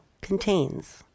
contains